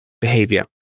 behavior